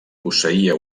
posseïa